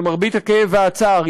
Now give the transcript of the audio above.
למרבה הכאב והצער,